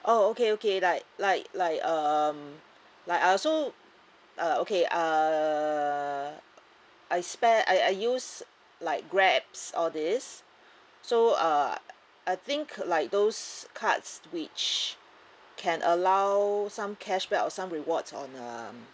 oh okay okay like like like um like I also uh okay err I spend I I use like grabs all these so uh I think like those cards which can allow some cashback or some rewards on um